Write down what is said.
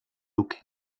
duque